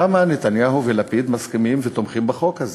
למה נתניהו ולפיד מסכימים ותומכים בחוק הזה?